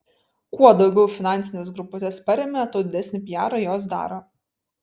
kuo daugiau finansines grupuotes paremia tuo didesnį pijarą jos daro